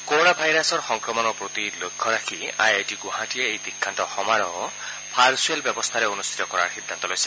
corona ভাইৰাছৰ সংক্ৰমণৰ প্ৰতি লক্ষ্য ৰাখি আই আই টি গুৱাহাটীয়ে এই দীক্ষান্ত সমাৰোহ ভাৰ্চুৱেল ব্যৱস্থাৰে অনুষ্ঠিত কৰাৰ সিদ্ধান্ত লৈছে